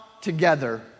together